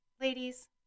Ladies